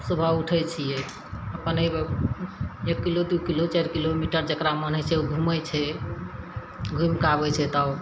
सुबह उठैत छियै एक किलो दू किलो चारि किलो जेकरा मन होइ छै ओ घुमैत छै घुमिके आबैत छै तब